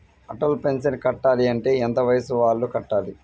Atal pension కట్టాలి అంటే ఎంత వయసు వాళ్ళు కట్టాలి?